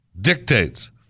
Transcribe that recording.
dictates